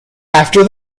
after